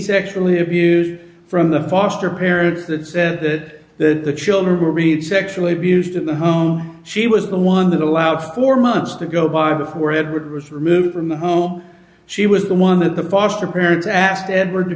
sexually abused from the foster parents that said that the children read sexually abused in the home she was the one that allowed four months to go by where had was removed from the home she was the one that the foster parents asked edward to